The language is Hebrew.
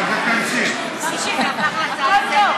הכול טוב.